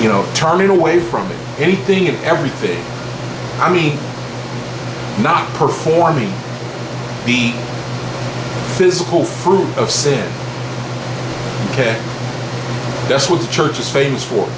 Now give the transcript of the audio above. you know turning away from anything and everything i mean not performing the physical proof of said ok that's what the church is famous for